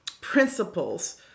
principles